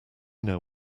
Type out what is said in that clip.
know